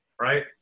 right